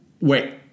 Wait